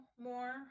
more